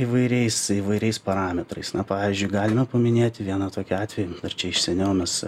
įvairiais įvairiais parametrais na pavyzdžiui galima paminėti vieną tokį atvejį dar čia iš seniau mes